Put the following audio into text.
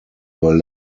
were